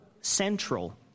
central